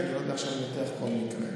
כי אני לא יודע עכשיו לנתח כל מקרה.